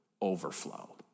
overflow